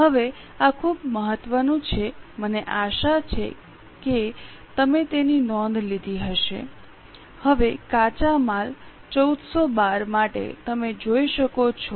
હવે આ ખૂબ મહત્વનું છે મને આશા છે કે તમે તેની નોંધ લીધી હશે હવે કાચા માલ 1412 માટે તમે જોઈ શકો છો